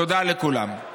תודה לכולם.